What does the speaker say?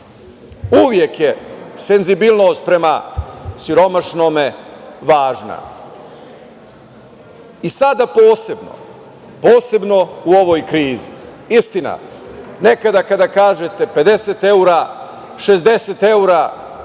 je senzibilnost prema siromašnome važna, sada posebno, posebno u ovoj krizi. Istina, nekada kada kažete 50 evra, 60 evra,